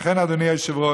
לכן, אדוני היושב-ראש,